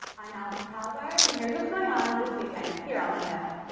i'm alison caliguire and here's what's going on this weekend here on the hill.